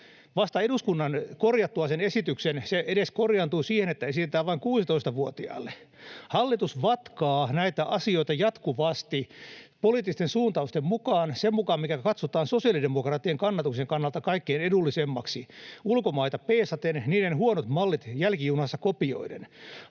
Vasta eduskunnan korjattua sen esityksen se korjaantui edes siihen, että esitetään vain 16-vuotiaille. Hallitus vatkaa näitä asioita jatkuvasti poliittisten suuntausten mukaan, sen mukaan, mikä katsotaan sosiaalidemokraattien kannatuksen kannalta kaikkein edullisemmaksi, ulkomaita peesaten, niiden huonot mallit jälkijunassa kopioiden.